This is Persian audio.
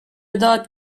داد